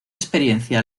experiencia